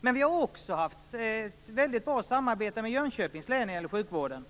men vi har också haft ett väldigt bra samarbete med Jönköpings län när det gäller sjukvården.